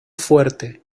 fuerte